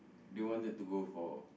they wanted to go for